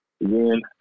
Again